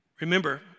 Remember